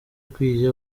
ikwiye